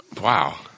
Wow